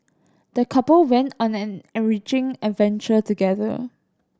the couple went on an enriching adventure together